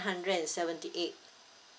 hundred and seventy eight